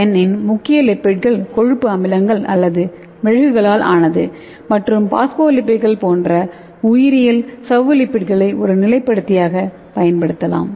என் இன் முக்கிய லிப்பிட்கள் கொழுப்பு அமிலங்கள் அல்லது மெழுகுகளால் ஆனது மற்றும் பாஸ்போலிபிட்கள் போன்ற உயிரியல் சவ்வு லிப்பிட்களை ஒரு நிலைப்படுத்தியாகப் பயன்படுத்தலாம்